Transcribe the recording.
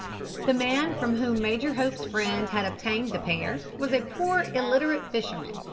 the man from whom major hope's friend had obtained the pair was a poor, illiterate fisherman,